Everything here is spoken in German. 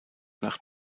nach